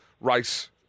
race